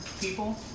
People